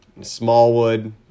Smallwood